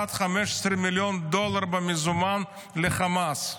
העברת 15 מיליון דולר במזומן לחמאס.